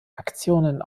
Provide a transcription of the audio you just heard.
aktionen